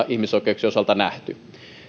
ihmisoikeuksien osalta nähty